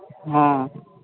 हँ